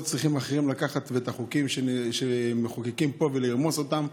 לא צריכים אחרים לקחת את החוקים שמחוקקים פה ולרמוס אותם.